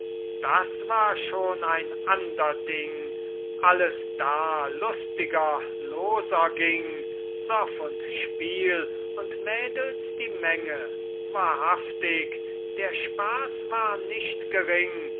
das war schon ein ander ding alles da lustiger loser ging soff und spiel und mädels die menge wahrhaftig der spaß war nicht gering